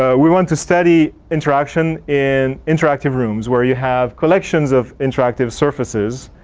ah we want to study interaction in interactive rooms where you have collections of interactive surfaces.